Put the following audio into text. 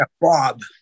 Bob